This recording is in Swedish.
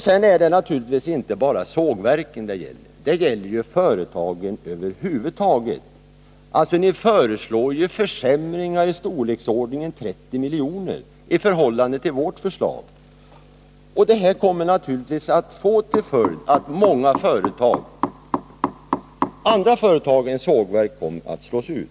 Sedan är det naturligtvis inte bara sågverk det gäller utan företag över huvud taget. Ni föreslår försämringar i storleksordningen 30 milj.kr. i förhållande till vårt förslag. Det kommer naturligtvis att få till följd att många andra företag än sågverk slås ut.